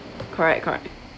correct correct